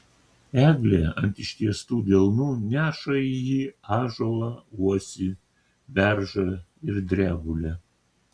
eglė ant ištiestų delnų neša į jį ąžuolą uosį beržą ir drebulę